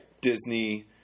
Disney